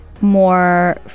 more